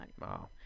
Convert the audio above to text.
Wow